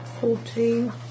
fourteen